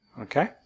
okay